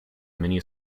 many